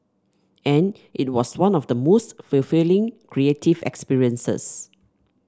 and it was one of the most fulfilling creative experiences